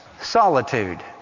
solitude